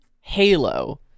Halo